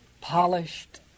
polished